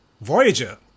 Voyager